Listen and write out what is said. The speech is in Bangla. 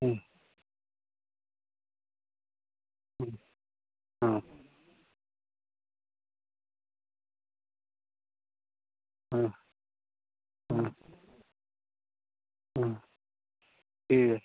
হুম হুম হুম হুম হুম হুম ঠিক আছে